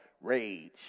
rage